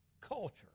Culture